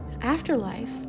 Afterlife